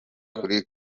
kuri